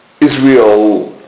Israel